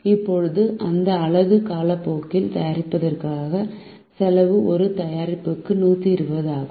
இப்போது அந்த அலகு காலப்போக்கில் தயாரிப்பதற்கான செலவு ஒரு தயாரிப்புக்கு 120 ஆகும்